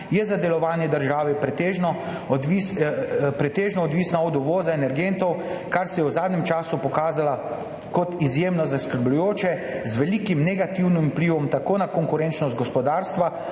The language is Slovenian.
je delovanje države pretežno odvisno od uvoza energentov, kar se je v zadnjem času pokazalo kot izjemno zaskrbljujoče, z velikim negativnim vplivom tako na konkurenčnost gospodarstva